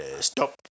Stop